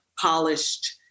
polished